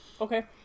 Okay